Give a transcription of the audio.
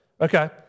Okay